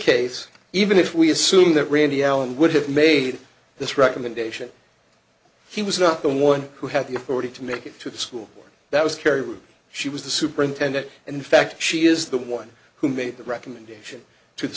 case even if we assume that randy allen would have made this recommendation he was not the one who had the authority to make it to the school that was kerry who she was the superintendent and in fact she is the one who made the recommendation to the